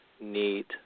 neat